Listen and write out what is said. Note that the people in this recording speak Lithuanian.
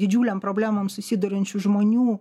didžiulėm problemom susiduriančių žmonių